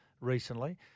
recently